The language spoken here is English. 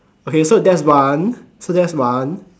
okay so that's one so that's one